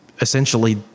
essentially